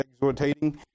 exhortating